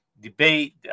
debate